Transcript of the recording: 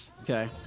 Okay